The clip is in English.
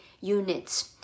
units